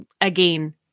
again